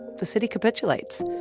the city capitulates,